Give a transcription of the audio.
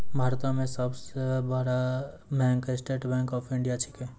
भारतो मे सब सं बड़ो bank State Bank of India छिकै